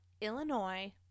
Illinois